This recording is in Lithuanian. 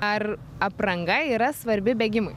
ar apranga yra svarbi bėgimui